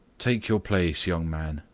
take your place, young man,